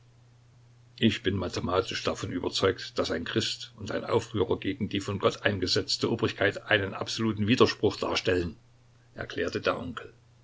ich bin mathematisch davon überzeugt daß ein christ und ein aufrührer gegen die von gott eingesetzte obrigkeit einen absoluten widerspruch darstellen erklärte der onkel